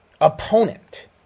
opponent